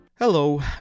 Hello